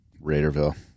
Raiderville